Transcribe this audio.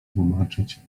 tłumaczyć